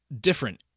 different